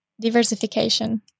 Diversification